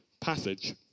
passage